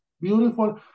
beautiful